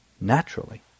naturally